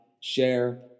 share